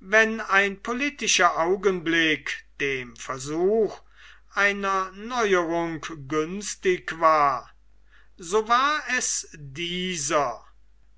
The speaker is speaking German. wenn ein politischer augenblick dem versuch einer neuerung günstig war so war es dieser